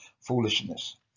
foolishness